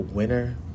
winner